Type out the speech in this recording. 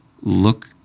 look